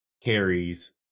carries